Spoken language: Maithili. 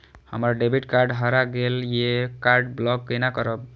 हमर डेबिट कार्ड हरा गेल ये कार्ड ब्लॉक केना करब?